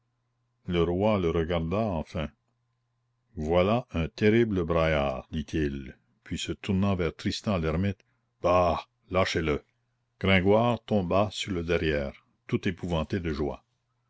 le roi le regarda enfin voilà un terrible braillard dit-il puis se tournant vers tristan l'hermite bah lâchez le gringoire tomba sur le derrière tout épouvanté de joie